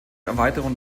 erweiterung